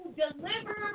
deliver